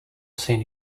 seen